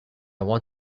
want